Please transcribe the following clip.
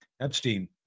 Epstein